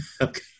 Okay